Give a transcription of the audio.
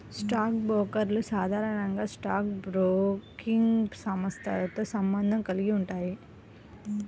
stock బ్రోకర్లు సాధారణంగా stock broking సంస్థతో సంబంధం కలిగి ఉంటారు